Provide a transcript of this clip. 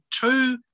two